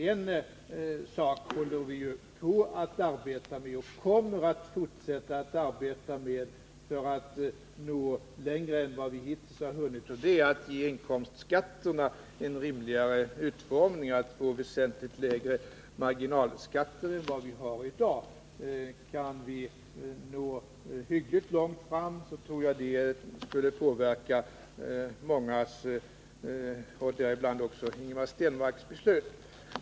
En fråga håller vi på att arbeta med och kommer att fortsätta att arbeta med för att nå längre än vi hittills har gjort, nämligen att ge' inkomstskatterna en rimligare utformning och att få väsentligt lägre marginalskatter än vi har i dag. Kan vi nå hyggligt långt där så tror jag att det skulle påverka mångas, däribland Ingemar Stenmarks, beslut.